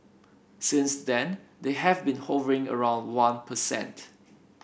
since then they have been hovering around one percent